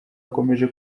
akomeje